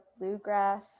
bluegrass